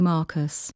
Marcus